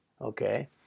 okay